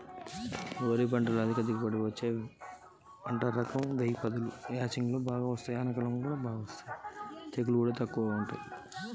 వరి పంట లో అధిక దిగుబడి ఇచ్చే వరి రకం ఏది?